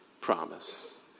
promise